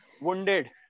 wounded